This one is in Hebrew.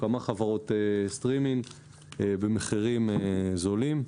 כמה חברות סטרימינג במחירים זולים.